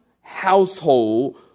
household